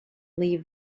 leave